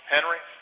Henry